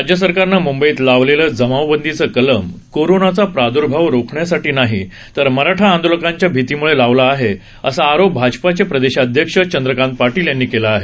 राज्य सरकारनं मुंबईत लावलेलं जमावबंदीचं कलम कोरोनाचा प्रादर्भाव रोखण्यासाठी नाही तर मराठा आंदोलकांच्या भितीम्के लावलं आहे असा आरोप भाजपाचे प्रदेशाध्यक्ष चंद्रकांत पाटील यांनी केला आहे